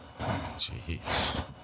Jeez